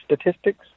statistics